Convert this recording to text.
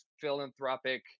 philanthropic